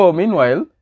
meanwhile